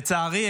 לצערי,